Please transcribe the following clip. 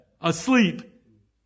asleep